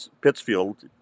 Pittsfield